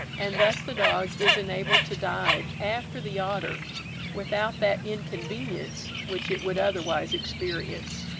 and thus the dog is enabled to dive after the otter without that inconvenience which it would otherwise experience.